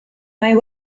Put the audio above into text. mae